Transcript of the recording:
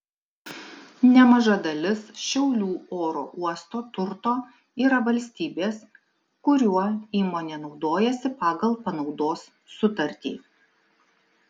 nemaža dalis šiaulių oro uosto turto yra valstybės kuriuo įmonė naudojasi pagal panaudos sutartį